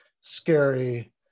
scary